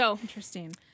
Interesting